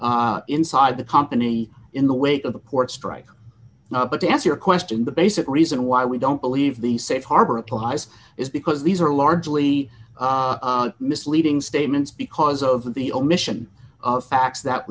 on inside the company in the wake of the court strike but to answer your question the basic reason why we don't believe the safe harbor applies is because these are largely misleading statements because of the omission of facts that